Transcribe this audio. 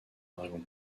dragons